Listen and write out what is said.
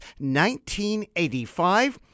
1985